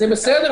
זה בסדר?